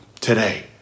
today